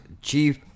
chief